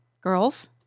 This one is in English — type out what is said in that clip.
girls